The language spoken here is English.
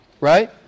right